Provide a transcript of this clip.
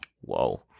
Whoa